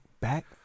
back